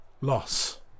Loss